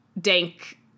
dank